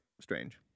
strange